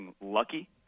lucky